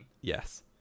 Yes